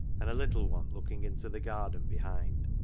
and a little one looking into the garden behind.